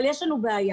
אבל יש לנו בעיה,